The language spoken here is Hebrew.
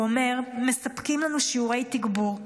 הוא אומר: מספקים לנו שיעורי תגבור,